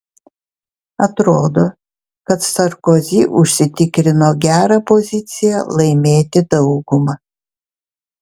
atrodo kad sarkozy užsitikrino gerą poziciją laimėti daugumą